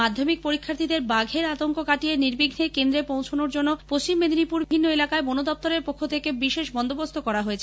মাধ্যমিক পরীক্ষার্থীদের বাঘের আতঙ্ক কাটিয়ে নির্বিঘ্নে কেন্দ্রে পৌঁছনোর জন্য পশ্চিম মেদিনীপুরের বিভিন্ন এলাকায় বনদপ্তরের পক্ষ থেকে বিশেষ বন্দোবস্ত করা হয়েছে